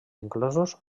inclosos